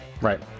Right